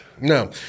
no